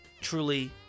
truly